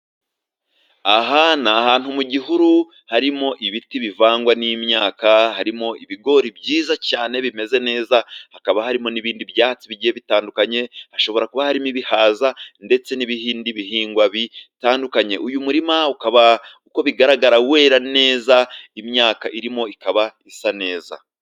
Aha ni ahantu mu gihuru harimo ibiti bivangwa n'imyaka, harimo ibigori byiza cyane bimeze neza, hakaba harimo n'ibindi byatsi bigiye bitandukanye. Hashobora kuba harimo ibihaza ndetse n'ibindi bihingwa bitandukanye. Uyu murima ukaba uko bigaragara wera neza, imyaka irimo ikaba isa neza.